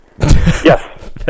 Yes